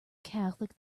catholic